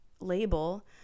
label